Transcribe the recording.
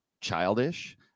childish